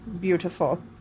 Beautiful